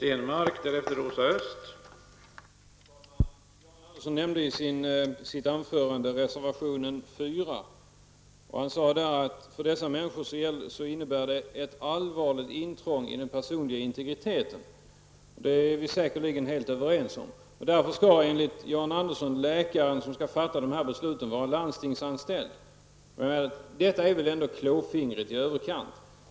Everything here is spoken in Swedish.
Herr talman! Jan Andersson nämnde i sitt anförande reservation 4. Han sade att detta för de människor som det här gäller innebär ett allvarligt intrång i fråga om den personliga integriteten. Vi är säkerligen helt överens på den punkten. Enligt Jan Andersson skall den läkare som har att fatta sådana här beslut vara landstingsanställd. Men det är väl ändå klåfingrigt i överkant.